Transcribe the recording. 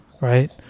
right